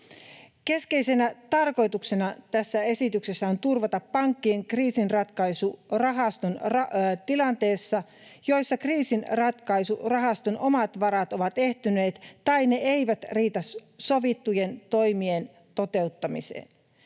Keskeisenä tarkoituksena tässä esityksessä on turvata pankkien kriisinratkaisurahasto tilanteissa, joissa kriisinratkaisurahaston omat varat ovat ehtyneet tai ne eivät riitä sovittujen toimien toteuttamiseen.